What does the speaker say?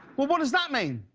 what what does that mean?